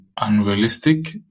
unrealistic